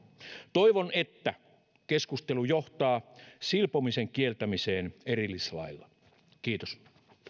toivon että keskustelu johtaa silpomisen kieltämiseen erillislailla kiitos